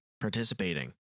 participating